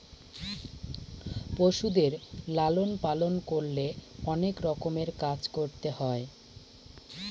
পশুদের লালন পালন করলে অনেক রকমের কাজ করতে হয়